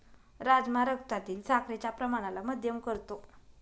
राजमा रक्तातील साखरेच्या प्रमाणाला मध्यम करतो